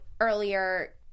earlier